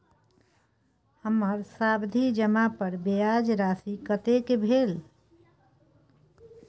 हमर सावधि जमा पर ब्याज राशि कतेक भेल?